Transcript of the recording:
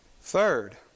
Third